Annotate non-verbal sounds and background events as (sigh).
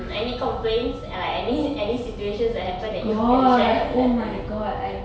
any complaints uh any any situations that happen that you can share (laughs)